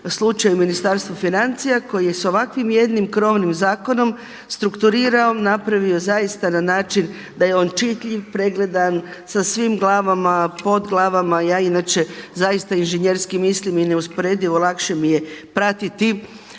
slučaju Ministarstvo financija koji je s ovakvim jednim krovnim zakonom strukturirao, napravio zaista na način da je on čitljiv, pregledan sa svim glavama, podglavama. Ja inače zaista inženjerski mislim i neusporedivo lakše mi je pratiti